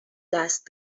دست